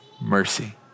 mercy